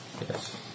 Yes